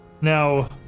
Now